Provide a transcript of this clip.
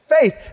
faith